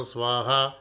Swaha